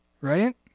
right